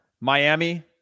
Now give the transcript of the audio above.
Miami